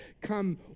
Come